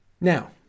Now